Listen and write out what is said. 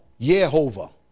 Yehovah